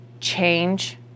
change